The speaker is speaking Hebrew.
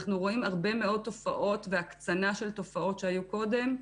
אנחנו רואים הרבה מאוד תופעות והקצנה של תופעות שהיו קודם,